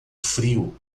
frio